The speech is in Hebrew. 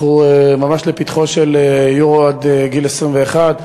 אנחנו ממש לפתחו של "יורו" עד גיל 21,